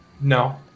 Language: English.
No